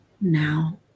Now